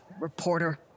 reporter